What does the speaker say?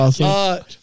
awesome